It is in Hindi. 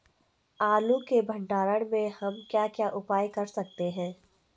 आलू के भंडारण में हम क्या क्या उपाय कर सकते हैं?